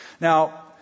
Now